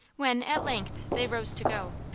when, at length, they rose to go,